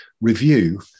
review